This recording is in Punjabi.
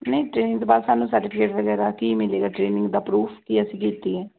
ਨਹੀਂ ਟ੍ਰੇਨਿੰਗ ਬਾਅਦ ਸਾਨੂੰ ਸਰਟੀਫਿਕੇਟ ਵਗੈਰਾ ਕੀ ਮਿਲੇਗਾ ਟਰੇਨਿੰਗ ਦਾ ਪਰੂਫ ਕਿ ਅਸੀਂ ਕੀਤੀ ਹੈ